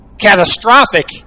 catastrophic